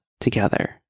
together